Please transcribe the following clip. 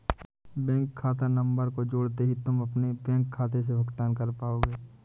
bank खाता number को जोड़ते ही तुम अपने बैंक खाते से भुगतान कर पाओगे